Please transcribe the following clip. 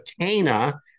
Cana